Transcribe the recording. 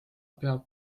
peab